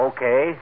Okay